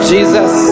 Jesus